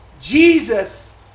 Jesus